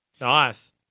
Nice